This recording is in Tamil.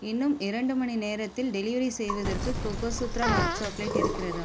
இன்னும் இரண்டு மணி நேரத்தில் டெலிவெரி செய்வதற்கு கோகோசுத்ரா ஹாட் சாக்லேட் இருக்கிறதா